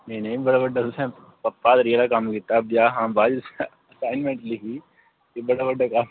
नेईं नेईं बड़ा बड्डा तुसें ब्हादरी आह्ला कम्म कीता ब्याह हा बाद च आसाइनमेंट लिखी बड़ा बड्डा कम्म